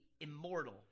immortal